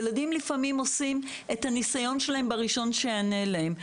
ילדים לפעמים עושים את הניסיון שלהם בראשון שיענה להם.